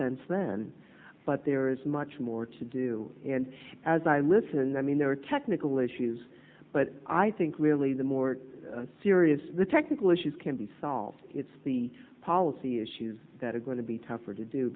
since then but there is much more to do and as i listen i mean there are technical issues but i think really the more serious the technical issues can be solved it's the policy issues that are going to be tougher to do